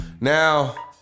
Now